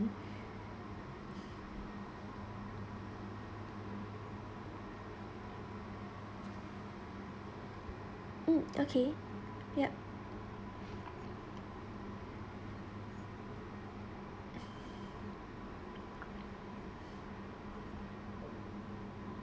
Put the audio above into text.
mm okay yup